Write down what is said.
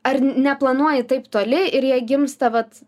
ar neplanuoji taip toli ir jei gimsta vat